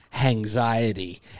anxiety